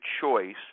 choice